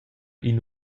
ina